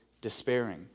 despairing